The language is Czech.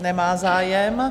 Nemá zájem.